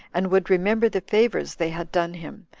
and would remember the favors they had done him,